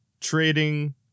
trading